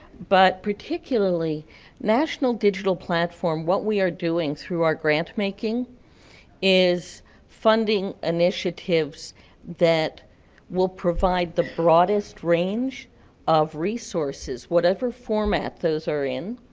but particularly national digital platform, what we are doing from our grant making is funding initiatives that will provide the broadest range of resources, whatever format those are in,